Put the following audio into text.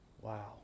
Wow